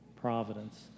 providence